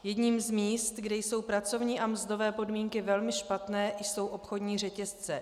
Jedním z míst, kde jsou pracovní a mzdové podmínky velmi špatné, jsou obchodní řetězce.